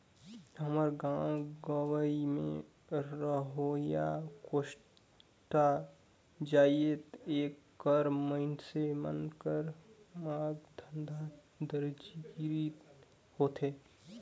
हमर गाँव गंवई में रहोइया कोस्टा जाएत कर मइनसे मन कर काम धंधा दरजी गिरी होथे